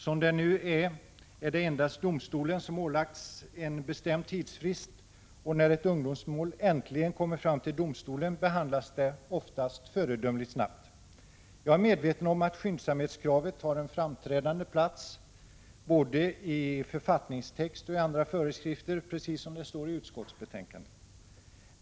Som det nu är är det endast domstolen som har ålagts en bestämd tidsfrist, och när ett ungdomsmål äntligen kommer till domstolen behandlas det oftast föredömligt snabbt. Jag är medveten om att skyndsamhetskravet har en framträdande plats både i författningstext och i andra föreskrifter, precis som det står i utskottsbetänkandet.